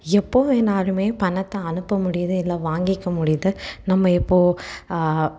எப்போ வேணாலும் பணத்தை அனுப்ப முடியுது இல்லை வாங்கிக்க முடியுது நம்ம இப்போ